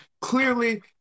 clearly